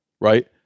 right